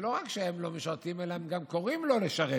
שלא רק שהם לא משרתים אלא הם גם קוראים לא לשרת,